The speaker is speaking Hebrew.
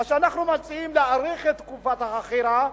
אנחנו מציעים להאריך את תקופת החכירה,